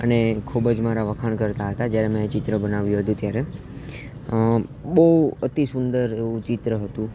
અને ખૂબ જ મારા વખાણ કરતાં હતા જ્યારે મેં એ ચિત્ર બનાવ્યું હતું ત્યારે બહુ અતિ સુંદર એવું ચિત્ર હતું